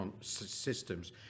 systems